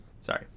sorry